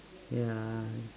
ya